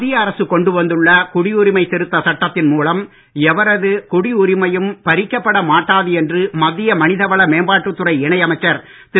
மத்திய அரசு கொண்டு வந்துள்ள குடியுரிமை திருத்தச் சட்டத்தின் மூலம் எவரது குடியுரிமையையும் பறிக்கப்பட மாட்டாது என்று மத்திய மனித வள மேம்பாட்டுத் துறை இணை அமைச்சர் திரு